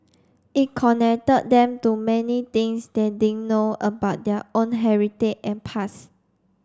it connected them to many things they didn't know about their own heritage and pass